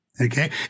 okay